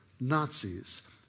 Nazis